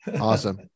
Awesome